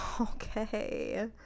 Okay